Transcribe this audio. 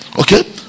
Okay